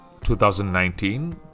2019